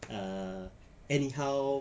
uh anyhow